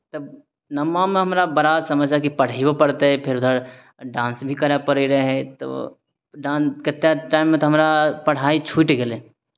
तऽ नवमामे हमरा बड़ा समस्या कि पढ़ैयो पड़तै फेर उधर डान्स भी करय पड़ैत रहय तऽ डान् एतेक टाइममे तऽ हमरा पढ़ाइ छूटि गेलै